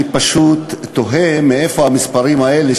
אני פשוט תוהה מאיפה המספרים האלה,